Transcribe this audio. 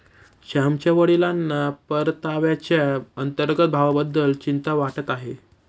श्यामच्या वडिलांना परताव्याच्या अंतर्गत भावाबद्दल चिंता वाटत आहे